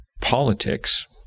politics